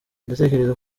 ndatekereza